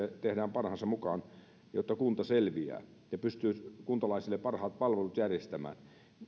parhaansa jotta kunta selviää ja pystyy kuntalaisille parhaat palvelut järjestämään